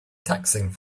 taxing